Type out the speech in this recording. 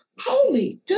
holy